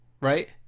Right